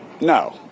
No